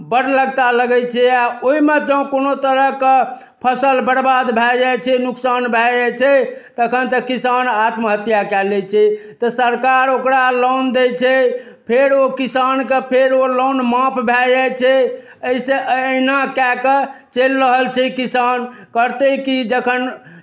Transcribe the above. बड्ड लगता लगैत छै आ ओहिमे जँ कोनो तरहके फसल बरबाद भए जाइ छै नोकसान भए जाइ छै तखन तऽ किसान आत्महत्या कए लैत छै तऽ सरकार ओकरा लोन दैत छै फेर ओ किसानके फेर ओ लोन माफ भए जाइ छै एहिसँ एहिना कए कऽ चलि रहल छै किसान करतै की जखन